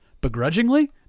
begrudgingly